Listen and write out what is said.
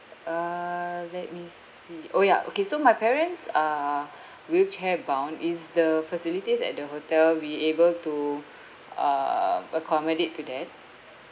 uh let me see orh ya okay so my parents are wheelchair bound is the facilities at the hotel be able to um accommodate to that